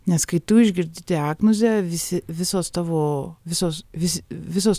nes kai tu išgirsti diagnozę visi visos tavo visos vis visos